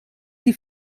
die